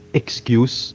excuse